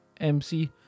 MC